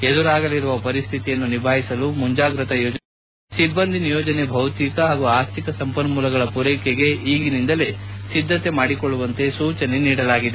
ಎದುರಾಗಲಿರುವ ಪರಿಸ್ಹಿತಿಯನ್ನು ನಿಭಾಯಿಸಲು ಮುಂಜಾಗ್ರತಾ ಯೋಜನೆ ರೂಪಿಸಬೇಕು ಸಿಬ್ಬಂದಿ ನಿಯೋಜನೆ ಭೌತಿಕ ಹಾಗೂ ಆರ್ಥಿಕ ಸಂಪನ್ನೂಲಗಳ ಪೂರೈಕೆಗೆ ಈಗಿನಿಂದಲೇ ಸಿದ್ದಕೆ ಮಾಡಿಕೊಳ್ಳುವಂತೆ ಸೂಚನೆ ನೀಡಲಾಗಿದೆ